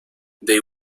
they